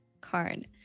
card